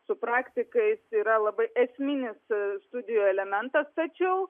su praktikais yra labai esminis studijų elementas tačiau